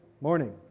morning